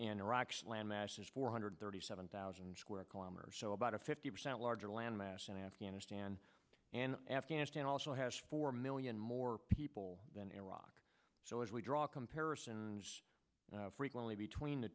iraq's land mass is four hundred thirty seven thousand square kilometers so about a fifty percent larger landmass in afghanistan and afghanistan also has four million more people than iraq so as we draw comparisons frequently between the